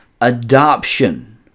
adoption